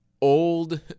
old